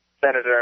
senator